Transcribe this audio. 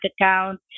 account